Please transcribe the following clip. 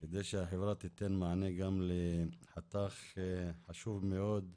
זה שהחברה תיתן מענה גם לחתך חשוב מאוד,